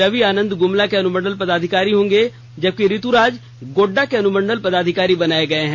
रवि आनंद गुमला के अनुमंडल पदाधिकारी होंगे जबकि ऋतुराज गोड्डा के अनुमंडल पदाधिकारी बनाये गये हैं